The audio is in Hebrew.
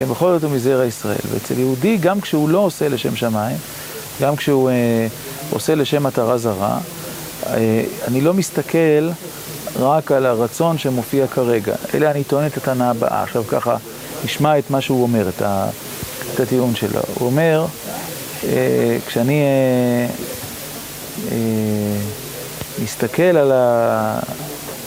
בכל זאת הוא מזרע ישראל, ואצל יהודי, גם כשהוא לא עושה לשם שמיים, גם כשהוא עושה לשם מטרה זרה, אני לא מסתכל רק על הרצון שמופיע כרגע, אלא אני טוען את הטענה הבאה: עכשיו ככה, נשמע את מה שהוא אומר, את הטיעון שלו. הוא אומר, כשאני מסתכל על ה...